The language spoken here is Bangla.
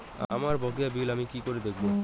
আমার বকেয়া বিল আমি কি করে দেখব?